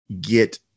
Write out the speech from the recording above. get